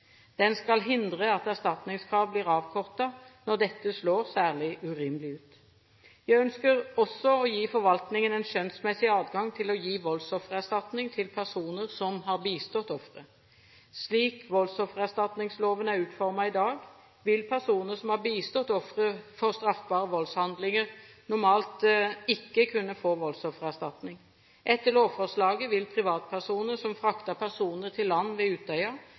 Den skal hindre at erstatningskrav blir avkortet når dette slår særlig urimelig ut. Jeg ønsker også å gi forvaltningen en skjønnsmessig adgang til å gi voldsoffererstatning til personer som har bistått ofre. Slik voldsoffererstatningsloven er utformet i dag, vil personer som har bistått ofre for straffbare voldshandlinger, normalt ikke kunne få voldsoffererstatning. Etter lovforslaget vil privatpersoner som fraktet personer til land ved